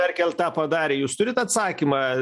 merkel tą padarė jūs turit atsakymą